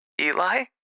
Eli